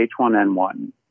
H1N1